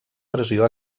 pressió